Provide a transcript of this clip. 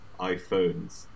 iPhones